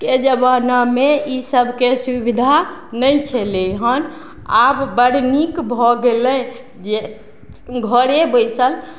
के जमानामे ई सबके सुविधा नहि छलै हन आब बड नीक भऽ गेलै जे घरे बैसल